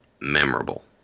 memorable